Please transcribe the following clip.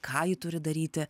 ką ji turi daryti